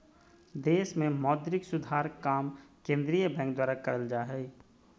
देश मे मौद्रिक सुधार काम केंद्रीय बैंक द्वारा करल जा हय